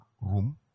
room